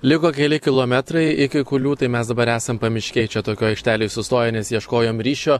liko keli kilometrai iki kulių tai mes dabar esam pamiškėj čia tokioj aikštelėj sustoję nes ieškojom ryšio